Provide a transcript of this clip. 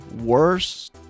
worse